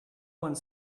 one